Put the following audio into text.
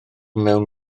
mewn